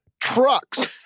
trucks